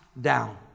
down